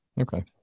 Okay